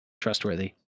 trustworthy